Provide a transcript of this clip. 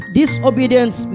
disobedience